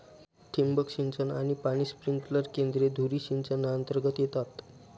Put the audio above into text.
ठिबक सिंचन आणि पाणी स्प्रिंकलर केंद्रे धुरी सिंचनातर्गत येतात